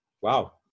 wow